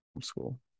school